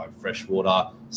freshwater